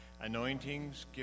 anointings